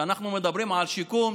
כשאנחנו מדברים על שיקום,